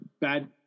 bad